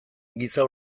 giza